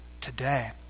today